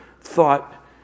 thought